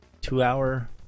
two-hour